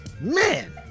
man